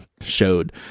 showed